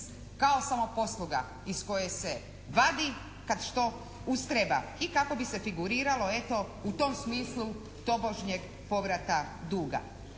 kao samoposluga iz koje se vadi kad što ustreba i kako bi se figuriralo eto u tom smislu tobožnjeg povrata duga.